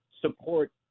support